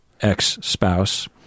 ex-spouse